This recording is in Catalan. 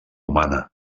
humana